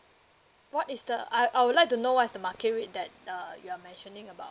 what is the I I would like to know what is the market rate that uh you are mentioning about